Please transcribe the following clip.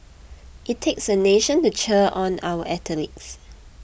it takes a nation to cheer on our athletes